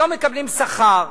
לא מקבלים שכר,